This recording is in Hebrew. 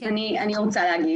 אני רוצה לדבר